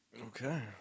Okay